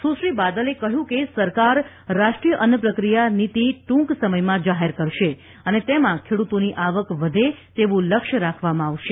સુશ્રી બાદલે કહ્યું કે સરકાર રાષ્ટ્રીય અન્ન પ્રક્રિયા નિતી ટૂંક સમયમાં જાહેર કરશે અને તેમાં ખેડૂતોની આવક વધે તેવું લક્ષ્ય રાખવામાં આવશે